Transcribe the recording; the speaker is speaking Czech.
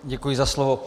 Děkuji za slovo.